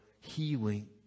healing